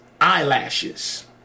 eyelashes